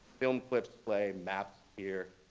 film clips play. maps appear.